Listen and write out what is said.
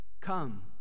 Come